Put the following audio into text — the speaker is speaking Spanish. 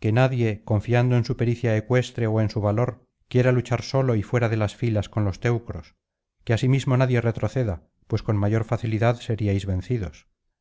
que nadie confiando en su pericia ecuestre ó en su valor quiera luchar solo y fuera de las filas con los teucros que asimismo nadie retroceda pues con mayor facilidad seríais vencidos